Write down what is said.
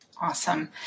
Awesome